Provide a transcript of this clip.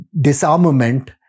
disarmament